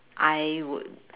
I would